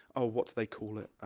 oh, what do they call it?